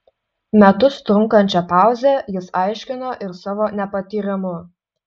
metus trunkančią pauzę jis aiškino ir savo nepatyrimu